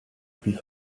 puits